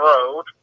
Road